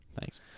Thanks